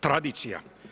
Tradicija?